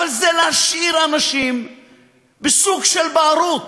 אבל זה להשאיר אנשים בסוג של בערות.